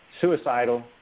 Suicidal